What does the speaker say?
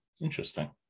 Interesting